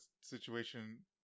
situation